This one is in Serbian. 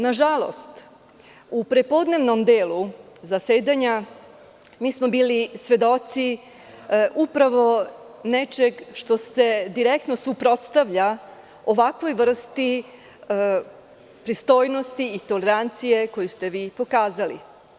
Nažalost u prepodnevnom delu zasedanja bili smo svedoci nečeg što se direktno suprotstavlja ovakvoj vrsti pristojnosti i tolerancije koju ste vi pokazali.